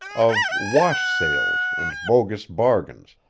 of wash sales and bogus bargains,